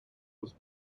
was